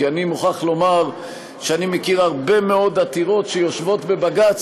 כי אני מוכרח לומר שאני מכיר הרבה מאוד עתירות שיושבות בבג"ץ